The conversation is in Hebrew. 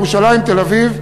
ירושלים ותל-אביב,